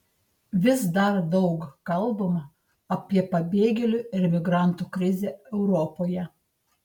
vis dar daug kalbama apie pabėgėlių ir migrantų krizę europoje